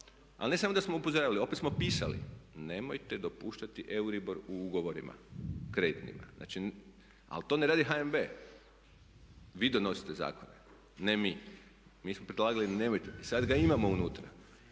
ali ne samo da smo upozoravali, opet smo pisali. Nemojte dopuštati EURIBOR u ugovorima kreditnima. Znači, ali to ne radi HNB, vi donosite zakone, ne mi, mi smo predlagali nemojte i sad ga imamo unutra.